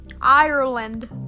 Ireland